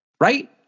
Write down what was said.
Right